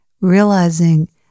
realizing